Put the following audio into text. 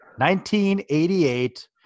1988